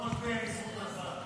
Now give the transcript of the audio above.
אני לא מצביע, אין לי זכות הצבעה.